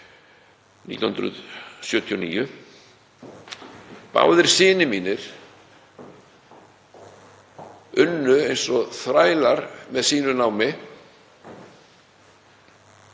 1979. Báðir synir mínir unnu eins og þrælar með sínu námi